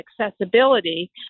accessibility